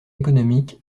économique